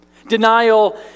Denial